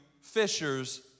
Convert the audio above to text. fishers